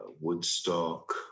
Woodstock